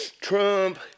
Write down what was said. Trump